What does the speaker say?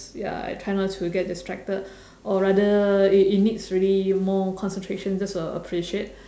ya I try not to get distracted or rather it it needs really more concentration just for appreciate